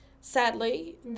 sadly